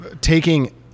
Taking